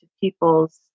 people's